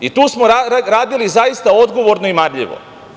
I tu smo radili zaista odgovorno i marljivo.